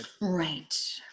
right